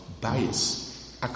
bias